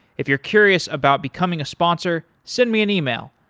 if you're curious about becoming a sponsor, send me an email,